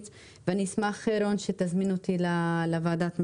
ואני אשמח, רון, שתזמין אותי לוועדת המשנה,